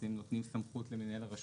אם אני מבין נכון אתם נותנים למנהל הרשות